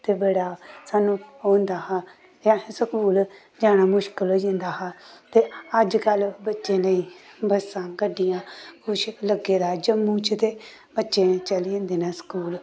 ते बड़ा सानूं ओह् होंदा हा कि असें स्कूल जाना मुश्कल होई जंदा हा ते अजकल्ल बच्चें लेई बस्सां गड्डियां कुछ लग्गे दा ऐ जम्मू च ते बच्चे चली जंदे न स्कूल